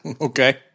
Okay